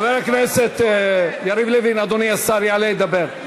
חבר הכנסת יריב לוין, השר, יעלה לדבר.